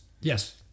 yes